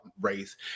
race